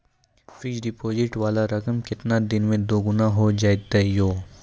Fixed deposit वाला रकम केतना दिन मे दुगूना हो जाएत यो?